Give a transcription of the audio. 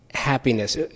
happiness